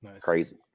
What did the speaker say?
crazy